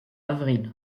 avril